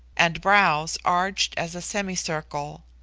and brows arched as a semicircle.